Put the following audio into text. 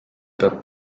peab